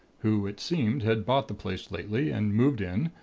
who it seemed had bought the place lately, and moved in,